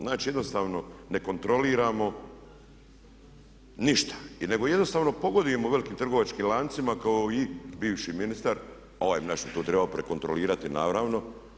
Znači jednostavno ne kontroliramo ništa nego jednostavno pogodujemo velikim trgovačkim lancima kao i bivši ministar, ovaj naš je to trebao prekontrolirati naravno.